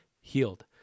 healed